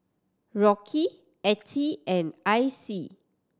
Rocky Attie and Icey